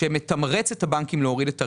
שמתמרץ את הבנקים להוריד את הריבית.